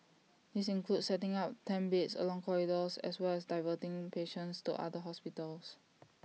these include setting up tent beds along corridors as well as diverting patients to other hospitals